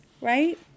right